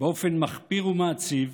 באופן מחפיר ומעציב,